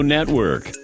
Network